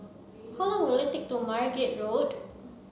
how long will it take to Margate Road